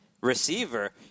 receiver